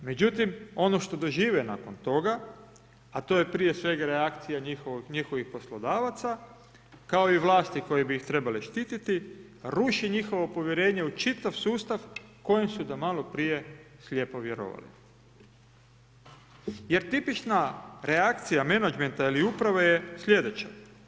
Međutim, ono što dožive nakon toga a to je prije svega reakcija njihovih poslodavaca kao i vlasti koje bi ih trebale štititi, ruši njihovo povjerenje u čitav sustav kojim su do maloprije slijepo vjerovale jer tipična reakcija menadžmenta ili uprave je slijedeća.